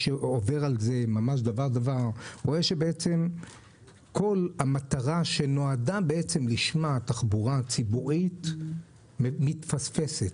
שעובר דבר-דבר רואה שכל המטרה שלשמה נועדה התחבורה הציבורית מתפספסת.